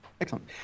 excellent